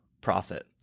profit